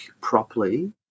properly